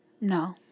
No